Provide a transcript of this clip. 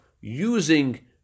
using